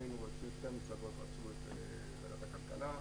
כי שתי המפלגות רצו את ועדת הכלכלה,